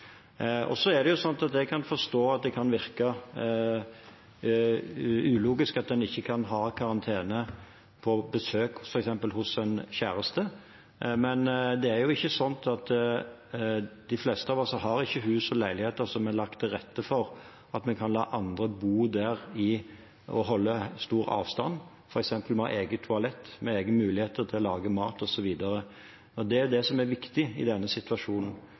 Jeg kan forstå at det kan virke ulogisk at en ikke kan ha karantene på besøk f.eks. hos en kjæreste, men de fleste av oss har ikke hus eller leiligheter som er lagt til rette for at vi kan la andre bo der og klare å holde stor avstand, f.eks. med eget toalett, med egen mulighet til å lage mat, osv. Det som er viktig i denne situasjonen,